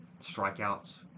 Strikeouts